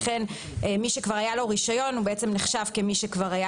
לכן מי שכבר היה לו רישיון הוא נחשב כמי שכבר היה